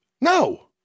No